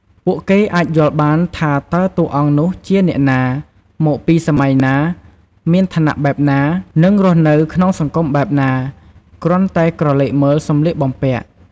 ពួកគេអាចយល់បានថា តើតួអង្គនោះជាអ្នកណា មកពីសម័យណា មានឋានៈបែបណា និងរស់នៅក្នុងសង្គមបែបណា គ្រាន់តែក្រឡេកមើលសម្លៀកបំពាក់។